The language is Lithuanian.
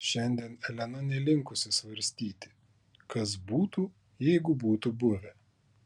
šiandien elena nelinkusi svarstyti kas būtų jeigu būtų buvę